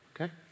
okay